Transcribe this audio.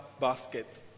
basket